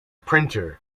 printer